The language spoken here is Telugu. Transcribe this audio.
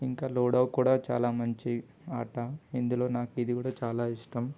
ఇంకా లూడో కూడా చాలా మంచి ఆట ఇందులో నాకు ఇది కూడా చాలా ఇష్టం